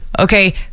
okay